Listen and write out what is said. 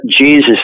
Jesus